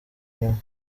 inyuma